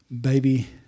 baby